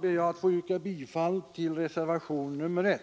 ber jag att få yrka bifall till reservationen 1.